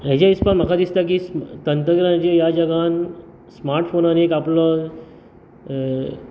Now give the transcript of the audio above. म्हजे हिसपान म्हाका दिसता की स म तंत्रज्ञानाचे ह्या जगान स्मार्टफोनान एक आपलो हे